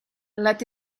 let